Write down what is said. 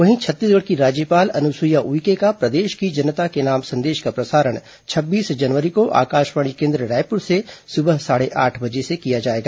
वहीं छत्तीसगढ़ की राज्यपाल अनुसुईया उइके का प्रदेश की जनता के नाम संदेश का प्रसारण छब्बीस जनवरी को आकाशवाणी केन्द्र रायपुर से सुबह साढ़े आठ बजे से किया जाएगा